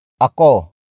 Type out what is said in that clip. Ako